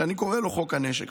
שאני קורא לו חוק הנשק.